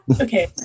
Okay